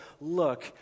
look